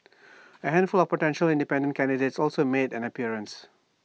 A handful of potential independent candidates also made an appearance